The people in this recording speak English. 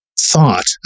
thought